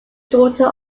daughter